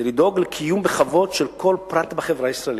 לדאוג לקיום בכבוד של כל פרט בחברה הישראלית.